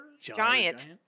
Giant